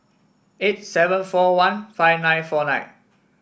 eight seven four one five nine four nine